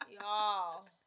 Y'all